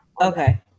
okay